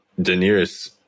Daenerys